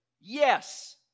Yes